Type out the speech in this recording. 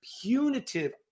punitive